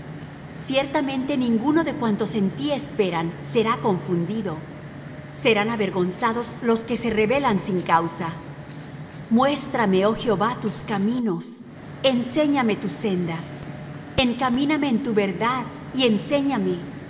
ciertamente ninguno de cuantos en ti esperan será confundido serán avergonzados los que se rebelan sin causa muéstrame oh jehová tus caminos enséñame tus sendas encamíname en tu verdad y enséñame